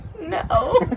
no